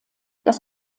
das